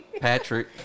Patrick